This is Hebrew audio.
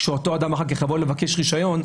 כשאותו אדם אחר כך יבוא לבקש רישיון.